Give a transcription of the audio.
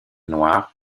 noir